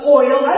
oil